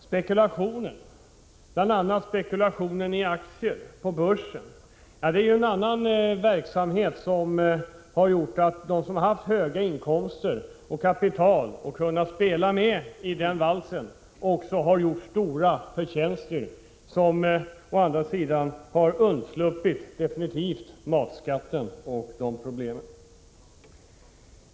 Spekulationen — det gäller då bl.a. spekulationen i aktier på börsen — är en annan verksamhet som har medverkat till att de som haft höga inkomster och kapital och som kunnat så att säga spela med i valsen också har gjort stora förtjänster och definitivt undsluppit matskatten och problemen i det sammanhanget.